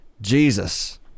Jesus